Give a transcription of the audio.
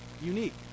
unique